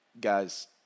Guys